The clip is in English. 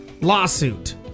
lawsuit